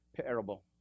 parable